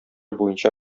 буенча